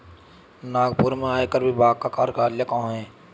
नागपुर में आयकर विभाग का कार्यालय कहाँ है?